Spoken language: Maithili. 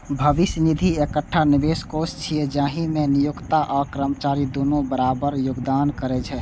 भविष्य निधि एकटा निवेश कोष छियै, जाहि मे नियोक्ता आ कर्मचारी दुनू बराबर योगदान करै छै